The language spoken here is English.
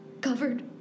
covered